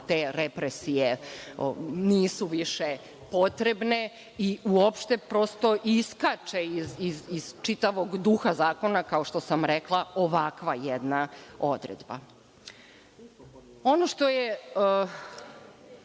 te represije nisu više potrebne, uopšte prosto, iskače iz čitavog duha zakona, kao što sam rekla, ovakva jedna odredba. Ono što je